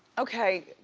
okay.